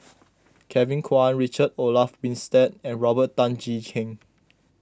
Kevin Kwan Richard Olaf Winstedt and Robert Tan Jee Keng